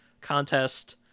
contest